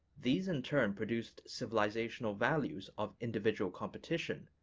these in turn produced civilizational values of individual competition,